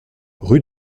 rue